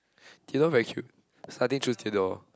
Theodore very cute so I didn't choose Theodore